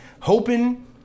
hoping